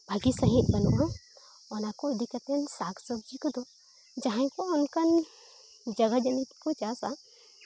ᱵᱷᱟᱹᱜᱤ ᱥᱟᱺᱦᱤᱡ ᱵᱟᱹᱱᱩᱜᱼᱟ ᱚᱱᱟ ᱠᱚ ᱤᱫᱤ ᱠᱟᱛᱮ ᱥᱟᱠ ᱥᱚᱵᱽᱡᱤ ᱠᱚᱫᱚ ᱡᱟᱦᱟᱸᱭ ᱠᱚ ᱚᱱᱠᱟᱱ ᱡᱟᱭᱜᱟ ᱡᱟᱹᱱᱤᱡ ᱜᱮᱠᱚ ᱪᱟᱥᱼᱟ